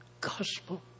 gospel